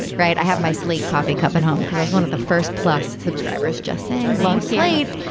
right. i have my slate coffee cup at home because that's one of the first plus subscribers just saying love, sleep,